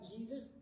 Jesus